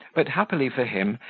but, happily for him,